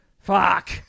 Fuck